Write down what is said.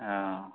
आं